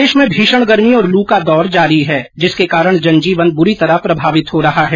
प्रदेश में भीषण गर्मी और लू का दौर जारी है जिसके कारण जनजीवन बुरी तरह प्रभावित हो रहा है